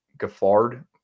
Gaffard